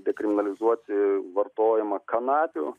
dekriminalizuoti vartojimą kanapių